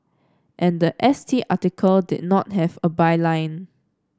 and the S T article did not have a byline